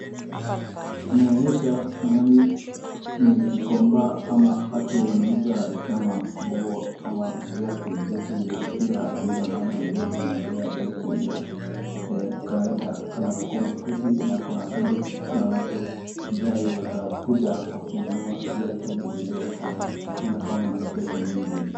Inaonyesha mahali ni gikomba ama watu wanauza kama nguo ama viatu vya mpira vile unaona viatu vya kawaida, kuna buti na kuna sandals ,kuna watu ambayo watakuja hapa kununua viatu vile ya tano na inakuanga na pesa mingi.